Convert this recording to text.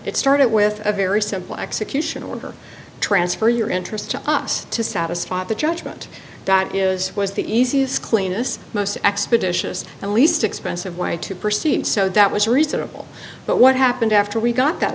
it started with a very simple execution order transfer your interest to us to satisfy the judgment that is was the easiest cleanest most expeditious and least expensive way to proceed so that was reasonable but what happened after we got that